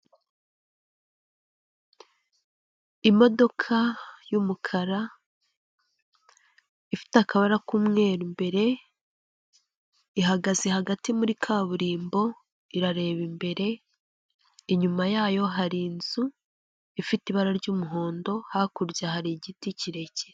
Imodoka y'umukara ifite akabara k'umweru imbere, ihagaze hagati muri kaburimbo irareba imbere, inyuma yayo hari inzu ifite ibara ry'umuhondo, hakurya hari igiti kirekire.